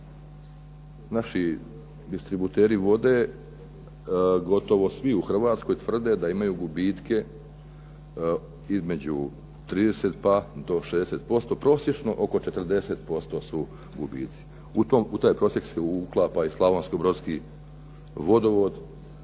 Naši distributeri vode gotovo svi u Hrvatskoj tvrde da imaju gubitke između 30 pa do 60% prosječno oko 40% su gubici. U taj prosjek se uklapa i Slavonsko Brodski vodovod